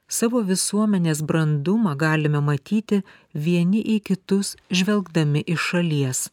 savo visuomenės brandumą galime matyti vieni į kitus žvelgdami iš šalies